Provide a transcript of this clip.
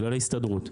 בגלל ההסתדרות.